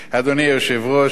רבותי השרים,